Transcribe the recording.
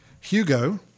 Hugo